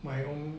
my own